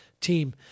team